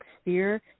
sphere